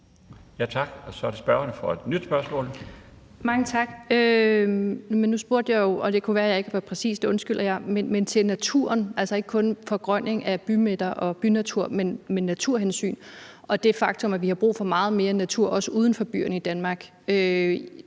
Tak, og så er det spørgeren for endnu et spørgsmål. Kl. 14:01 Marianne Bigum (SF): Mange tak. Men nu spurgte jeg jo – og det kan være, jeg ikke var præcis, og det undskylder jeg – til naturen, altså ikke kun forgrønning af bymidter og bynatur, men naturhensyn og det faktum, at vi har brug for meget mere natur, også uden for byerne i Danmark.